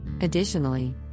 Additionally